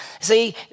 See